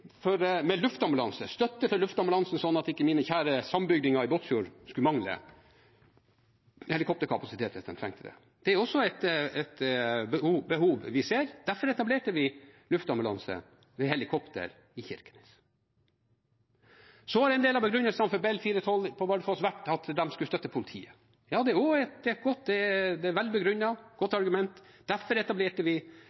med støtte for luftambulansen, sånn at ikke mine kjære sambygdinger i Båtsfjord skulle mangle helikopterkapasitet hvis de trengte det. Det er også et behov vi ser. Derfor etablerte vi luftambulanse med helikopter i Kirkenes. Så har en del av begrunnelsene for Bell 412 på Bardufoss vært at de skulle støtte politiet. Ja, det er også et godt argument og vel